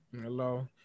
hello